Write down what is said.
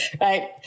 Right